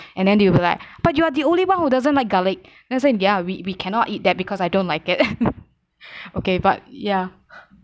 and then they will like but you are the only one who doesn't like garlic then I said ya we we cannot eat that because I don't like it okay but ya